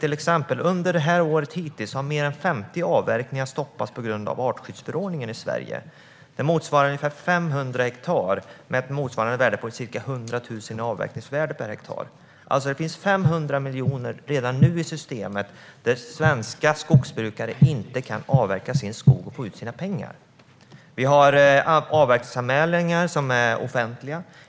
Under det här året har hittills mer än 50 avverkningar stoppats i Sverige på grund av artskyddsförordningen. Det motsvarar ungefär 500 hektar med ett motsvarande värde på ca 100 000 kronor i avverkningsvärde per hektar. Det finns redan nu 500 miljoner i systemet där svenska skogsbrukare inte kan avverka sin skog och få ut sina pengar. Vi har avverkningsanmälningar som är offentliga.